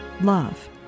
Love